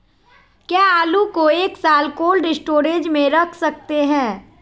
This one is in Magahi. क्या आलू को एक साल कोल्ड स्टोरेज में रख सकते हैं?